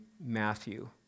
Matthew